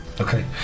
Okay